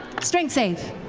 strength save.